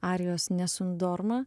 arijos nesundorma